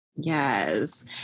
Yes